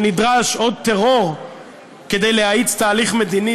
שנדרש עוד טרור כדי להאיץ תהליך מדיני,